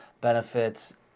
benefits